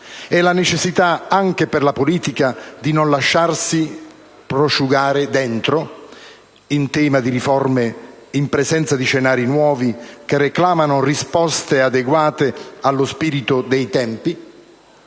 e la necessità anche per la politica di "non lasciarsi prosciugare dentro", in tema di riforme, in presenza di scenari nuovi che reclamano risposte adeguate allo spirito dei tempi.